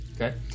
Okay